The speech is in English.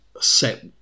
set